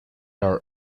our